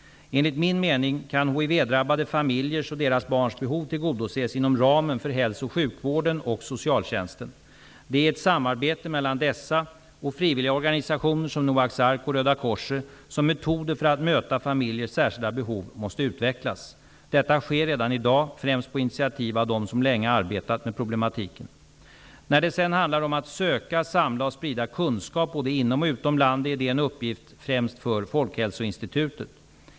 Enligt min mening kan hiv-drabbade familjers och deras barns behov tillgodoses inom ramen för hälso och sjukvården och socialtjänsten. Det är i ett samarbete mellan dessa och frivilliga organisationer som Noaks Ark och Röda Korset som metoder för att möta familjers särskilda behov måste utvecklas. Detta sker redan i dag främst på initiativ av dem som länge arbetat med problematiken. När det sedan handlar om att söka, samla och sprida kunskap både inom och utom landet är det en uppgift främst för Folkhälsoinstitutet.